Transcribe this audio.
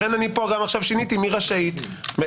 לכן אני עכשיו ביקשתי לשנות מ"רשאית" ל"תקבע",